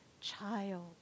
child